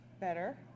Better